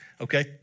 okay